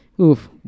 Oof